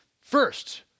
First